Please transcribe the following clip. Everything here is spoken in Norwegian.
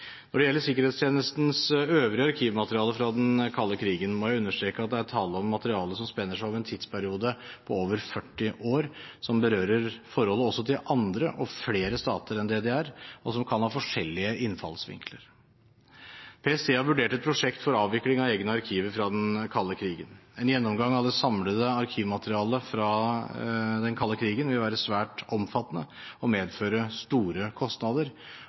Når det gjelder Sikkerhetstjenestens øvrige arkivmateriale fra den kalde krigen, må jeg understreke at det er tall og materiale som spenner over en tidsperiode på over 40 år, som berører forholdet også til andre og flere stater enn DDR, og som kan ha forskjellige innfallsvinkler. PST har vurdert et prosjekt for avvikling av egne arkiver fra den kalde krigen. En gjennomgang av det samlede arkivmaterialet fra den kalde krigen vil være svært omfattende og medføre store kostnader,